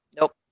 nope